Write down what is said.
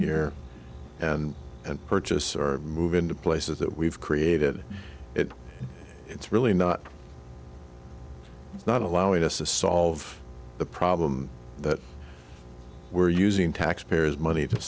here and and purchase or move into places that we've created it it's really not not allowing us to solve the problem that we're using taxpayers money to